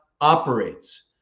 operates